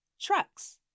trucks